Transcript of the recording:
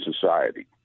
society